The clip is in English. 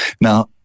Now